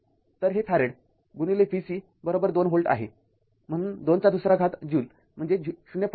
तर हे farad V C २ volt आहे म्ह्णून २२ ज्यूल म्हणजे ०